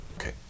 Okay